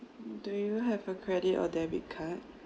do you have a credit or debit card